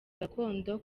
gakondo